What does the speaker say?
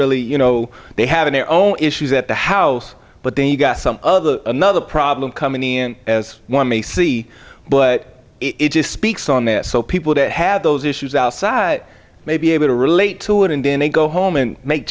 really you know they have in their own issues at the house but then you've got some other another problem company and as one may see but it just speaks on that so people that have those issues outside may be able to relate to it and then they go home and make